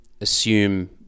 assume